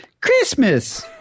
Christmas